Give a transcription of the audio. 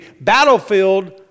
battlefield